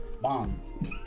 Bomb